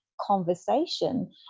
conversation